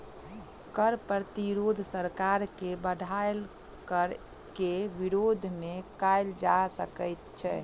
कर प्रतिरोध सरकार के बढ़ायल कर के विरोध मे कयल जा सकैत छै